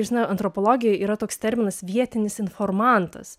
žinau antropologija yra toks terminas vietinis informantas